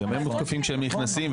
גם הם מותקפים כשהם נכנסים,